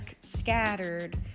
scattered